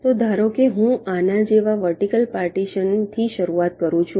તો ધારો કે હું આના જેવા વર્ટિકલ પાર્ટીશનથી શરૂઆત કરું છું